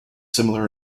similar